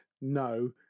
No